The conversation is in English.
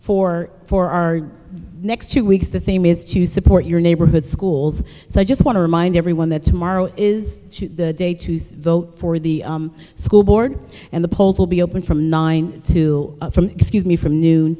for for our next two weeks the theme is to support your neighborhood schools so i just want to remind everyone that tomorrow is the day to use vote for the school board and the polls will be open from nine to from excuse me from n